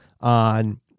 on